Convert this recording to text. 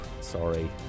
Sorry